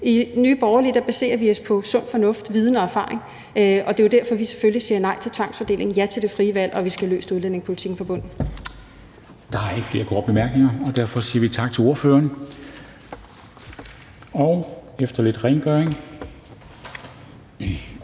I Nye Borgerlige baserer vi os på sund fornuft, viden og erfaring, og det er jo derfor, vi selvfølgelig siger nej til tvangsfordeling og ja til det frie valg, og at vi skal have løst udlændingepolitikken fra bunden. Kl. 14:42 Formanden (Henrik Dam Kristensen): Der er ikke flere korte bemærkninger, og derfor siger vi tak til ordføreren. Og efter lidt rengøring